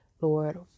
Lord